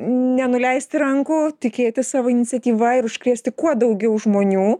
nenuleisti rankų tikėti savo iniciatyva ir užkrėsti kuo daugiau žmonių